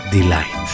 Delight